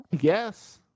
Yes